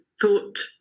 thought